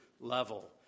level